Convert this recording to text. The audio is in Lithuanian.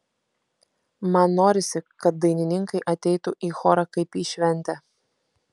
man norisi kad dainininkai ateitų į chorą kaip į šventę